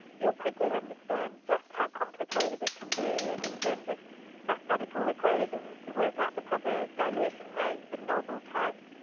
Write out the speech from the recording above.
you will quickly understand just how complicated it can be in terms of mathematical equations, to work out the proper dilution rates, the nozzle types.